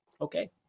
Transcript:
okay